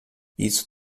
isso